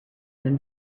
even